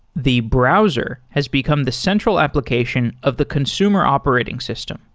the browser has become the central application of the consumer operating system.